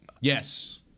Yes